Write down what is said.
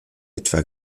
etwa